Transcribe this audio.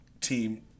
team